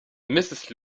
mrs